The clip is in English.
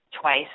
twice